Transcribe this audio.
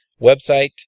website